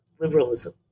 liberalism